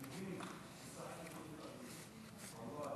עד שלוש דקות, בבקשה,